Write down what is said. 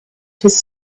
his